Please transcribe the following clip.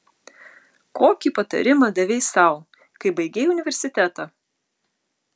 kokį patarimą davei sau kai baigei universitetą